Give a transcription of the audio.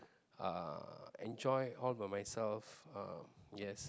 uh enjoy all by myself uh yes